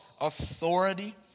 authority